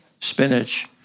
spinach